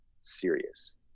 serious